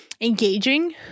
engaging